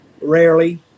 rarely